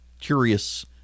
Curious